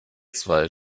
zwei